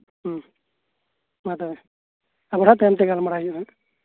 ᱦᱮᱸ ᱢᱟ ᱛᱚᱵᱮ ᱟᱵᱟᱨ ᱦᱟᱸᱜ ᱛᱟᱭᱚᱢ ᱛᱮ ᱜᱟᱞᱢᱟᱨᱟᱣ ᱦᱩᱭᱩᱜᱼᱟ